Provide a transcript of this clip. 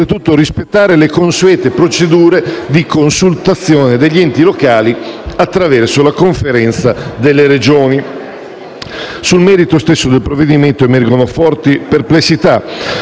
oltretutto rispettare le consuete procedure di consultazione degli enti locali attraverso la Conferenza delle Regioni. Sul merito stesso del provvedimento emergono forti perplessità.